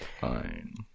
Fine